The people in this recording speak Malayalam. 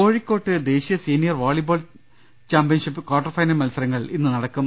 കോഴിക്കോട്ട് ദേശീയ senior volleyball championship quarter final മത്സരങ്ങൾ ഇന്ന് നട്ടക്കും